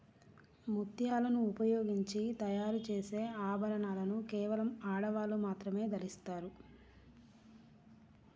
ముత్యాలను ఉపయోగించి తయారు చేసే ఆభరణాలను కేవలం ఆడవాళ్ళు మాత్రమే ధరిస్తారు